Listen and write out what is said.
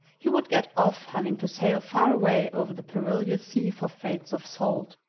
he would get off having to sail far away over the perilous sea for freights of salt.